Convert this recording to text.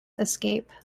escape